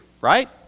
right